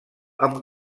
amb